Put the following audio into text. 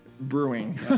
Brewing